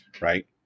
right